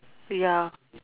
ya